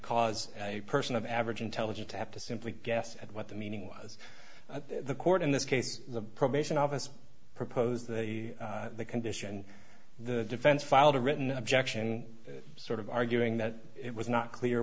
cause a person of average intelligence to have to simply guess at what the meaning was the court in this case the probation officer proposed the condition the defense filed a written objection sort of arguing that it was not clear